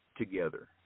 together